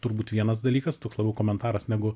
turbūt vienas dalykas toks labiau komentaras negu